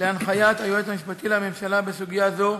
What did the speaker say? להנחיית היועץ המשפטי לממשלה בסוגיה זו